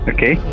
Okay